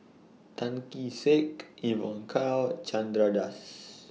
Tan Kee Sek Evon Kow Chandra Das